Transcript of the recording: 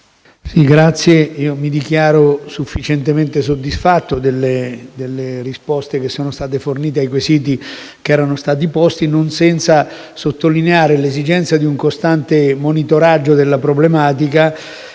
Presidente, mi dichiaro sufficientemente soddisfatto delle risposte che sono state fornite ai quesiti posti, non senza sottolineare l'esigenza di un costante monitoraggio della problematica